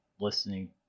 listening